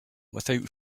without